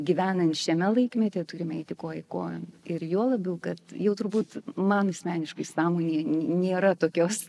gyvenant šiame laikmetyje turime eiti koja kojon ir juo labiau kad jau turbūt man asmeniškai sąmonėj nėra tokios